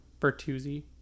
Bertuzzi